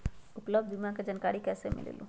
उपलब्ध बीमा के जानकारी कैसे मिलेलु?